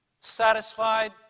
Satisfied